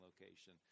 location